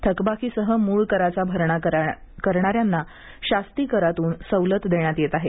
थकबाकीसह मूळ कराचा भरणा करणाऱ्यांना शास्ती करातून सवलत देण्यात येत आहे